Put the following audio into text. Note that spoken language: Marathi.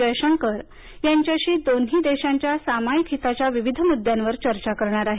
जयशंकर यांच्याशी दोन्ही देशांच्या सामायिक हिताच्या विविध मुद्द्यावर चर्चा करणार आहेत